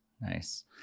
Nice